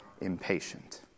impatient